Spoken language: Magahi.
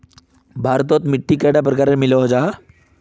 भारत तोत मिट्टी कैडा प्रकारेर मिलोहो जाहा?